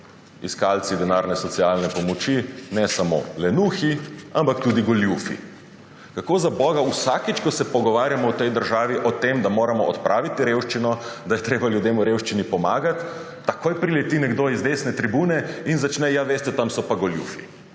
iskalci denarne socialne pomoči ne samo lenuhi, ampak tudi goljufi. Kako zaboga vsakič, ko se pogovarjamo v tej državi o tem, da moramo odpraviti revščino, da je treba ljudem v revščini pomagati, takoj prileti nekdo z desne tribune in začne, ja, veste, tam so pa goljufi,